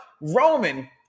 Roman